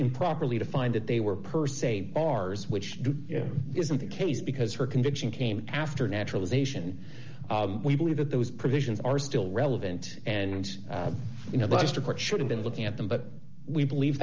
improperly to find that they were per se ours which isn't the case because her conviction came after naturalization we believe that those provisions are still relevant and you know lester part should have been looking at them but we believe